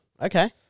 Okay